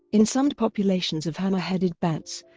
in some populations of hammer-headed bats,